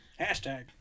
Hashtag